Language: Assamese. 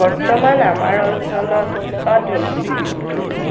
বৰ্তমান আমাৰ অঞ্চলত